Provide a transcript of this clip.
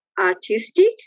artistic